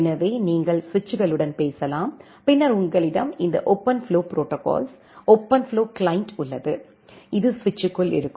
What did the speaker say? எனவே நீங்கள் சுவிட்சுகளுடன் பேசலாம் பின்னர் உங்களிடம் இந்த ஓபன்ஃப்ளோ ப்ரோடோகால்ஸ் ஓபன்ஃப்ளோ கிளையண்ட் உள்ளது இது சுவிட்சுக்குள் இருக்கும்